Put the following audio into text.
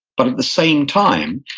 but at the same time,